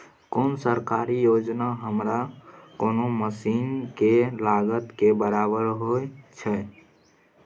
कोन सरकारी योजना हमरा कोनो मसीन के लागत के बराबर होय छै?